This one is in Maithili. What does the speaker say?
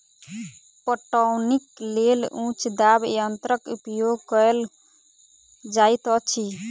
पटौनीक लेल उच्च दाब यंत्रक उपयोग कयल जाइत अछि